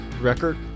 record